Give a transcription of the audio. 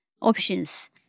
options